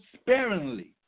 sparingly